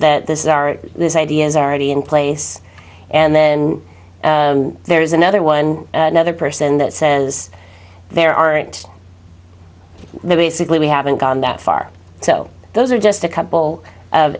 that this is are these ideas already in place and then there's another one another person that says there aren't they basically we haven't gone that far so those are just a couple of